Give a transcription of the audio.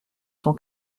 son